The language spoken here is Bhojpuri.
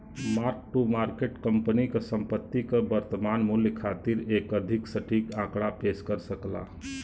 मार्क टू मार्केट कंपनी क संपत्ति क वर्तमान मूल्य खातिर एक अधिक सटीक आंकड़ा पेश कर सकला